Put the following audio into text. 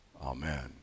Amen